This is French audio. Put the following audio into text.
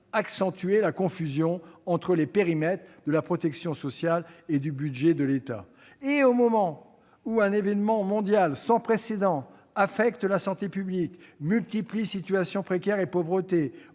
accentué la confusion entre les périmètres de la protection sociale et du budget de l'État. Au moment où un événement mondial sans précédent affecte la santé publique, multiplie situations précaires et pauvreté,